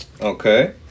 Okay